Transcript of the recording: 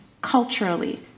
culturally